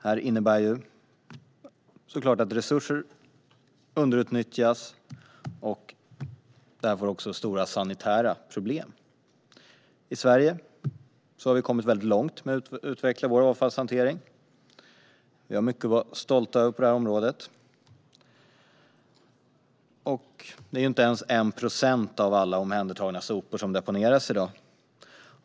Detta innebär såklart att resurser underutnyttjas, och det medför också stora sanitära problem. I Sverige har vi kommit långt med att utveckla vår avfallshantering. Vi har mycket att vara stolta över på området. Inte ens 1 procent av alla omhändertagna sopor deponeras i dag.